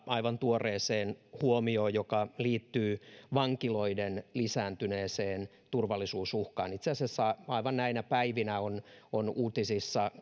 aivan tuoreeseen huomioon joka liittyy vankiloiden lisääntyneeseen turvallisuusuhkaan itse asiassa aivan näinä päivinä on on uutisissa